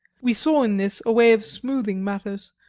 we saw in this a way of smoothing matters,